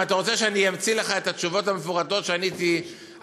אם אתה רוצה שאני אמציא לך את התשובות המפורטות שעניתי אז,